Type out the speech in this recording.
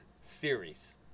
series